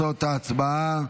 ההצעה להעביר